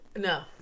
no